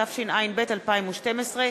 התשע"ב 2012,